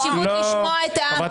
זכויות האדם היו בתי המשפט ולא הכנסת.